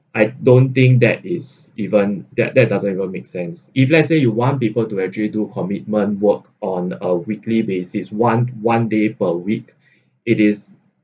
I don't think that is even that that doesn't even make sense if let's say you want people to actually do commitment work on a weekly basis one one day per week it is